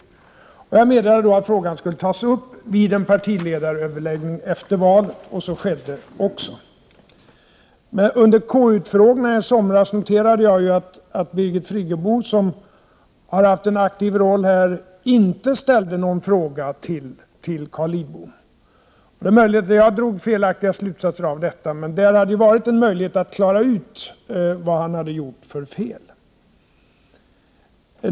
Jag meddelade då att frågan skulle tas upp vid en partiledaröverläggning efter valet. Det skedde också. Under KU-utfrågningarna i somras noterade jag att Birgit Friggebo, som spelat en aktiv roll här, inte ställde någon fråga till Carl Lidbom. Det är möjligt att jag drog felaktiga slutsatser av detta. Men där hade ju funnits en möjlighet att klara ut vad han hade gjort för fel.